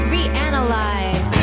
Reanalyze